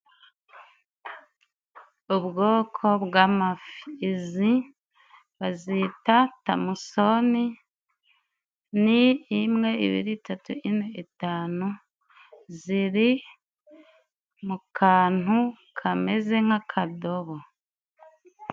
Ubwoko bw'amafi, izi bazita tamusoni ni imwe, ibiri, itatu, ine, itanu, ziri mu kantu kameze nk'akadobo.